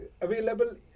available